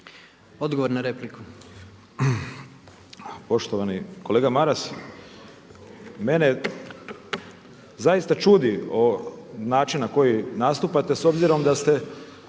Odgovor na repliku.